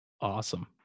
Awesome